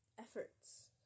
efforts